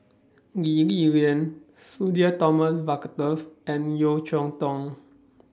Lee Li Lian Sudhir Thomas Vadaketh and Yeo Cheow Tong